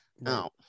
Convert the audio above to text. now